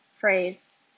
phrase